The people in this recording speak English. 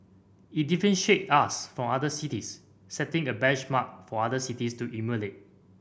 it differentiate us from other cities setting a benchmark for other cities to emulate